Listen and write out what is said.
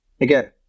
again